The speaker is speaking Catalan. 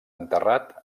enterrat